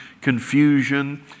confusion